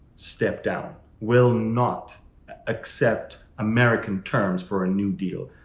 step down, will not accept american terms for a new deal.